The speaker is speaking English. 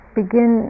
begin